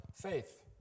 faith